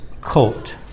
colt